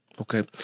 Okay